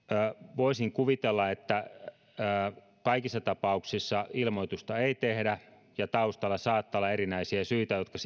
voisin kuvitella että kaikissa tapauksissa ilmoitusta ei tehdä ja taustalla saattaa olla erinäisiä syitä jotka